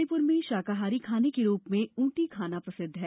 मणिपूर में शाकाहारी खाने के रूप में ऊटी खाना प्रसिद्ध है